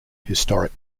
historic